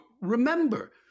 remember